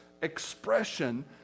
expression